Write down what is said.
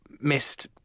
missed